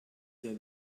sehr